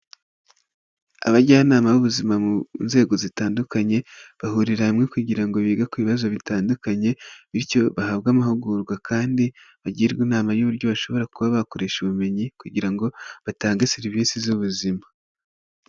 Abajyanama b'ubuzima mu nzego zitandukanye, bahurira hamwe kugira ngo bige ku bibazo bitandukanye; bityo bahabwe amahugurwa kandi bagirwe inama y'uburyo bashobora kuba bakoresha ubumenyi kugira ngo batange serivisi z'ubuzima.